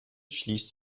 schließt